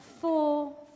four